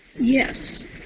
Yes